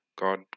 God